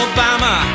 Obama